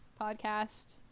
podcast